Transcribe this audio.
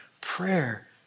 Prayer